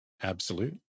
absolute